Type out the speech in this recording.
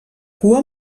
cua